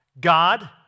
God